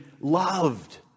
loved